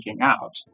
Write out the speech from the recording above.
out